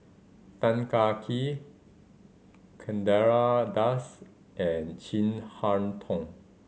Tan Kah Kee Chandra Das and Chin Harn Tong